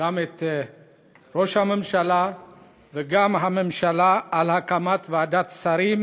גם את ראש הממשלה וגם את הממשלה על הקמת ועדת שרים